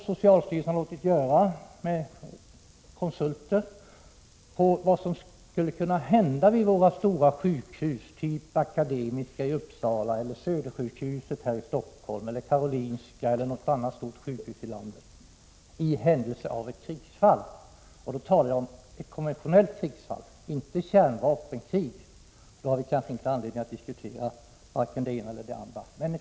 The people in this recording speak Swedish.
Socialstyrelsen har med hjälp av konsulter låtit utreda vad som skulle kunna hända vid våra stora sjukhus såsom Akademiska i Uppsala, Södersjukhuset och Karolinska här i Stockholm i händelse av krig. Jag talar då om ett konventionellt krigsfall och inte om kärnvapenkrig. Då har vi kanske inte anledning att diskutera vare sig det ena eller det andra.